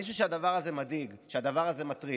אני חושב שהדבר הזה מדאיג, שהדבר הזה מטריד.